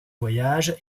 voyage